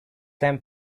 then